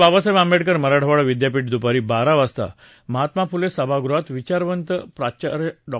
बाबासाहेब आंबेडकर मराठवाडा विद्यापीठात दुपारी बारा वाजता महात्मा फुले सभागृहात विचारवंत प्राचार्य डॉ